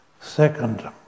Second